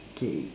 okay you